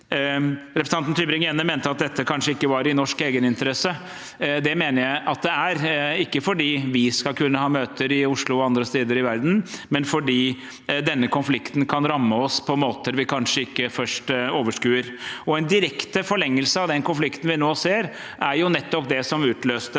Representanten Tybring-Gjedde mente at dette kanskje ikke var i norsk egeninteresse. Det mener jeg at det er, ikke fordi vi skal kunne ha møter i Oslo og andre steder i verden, men fordi denne konflikten kan ramme oss på måter vi kanskje ikke først overskuer. En direkte forlengelse av den konflikten vi nå ser, er nettopp det som utløste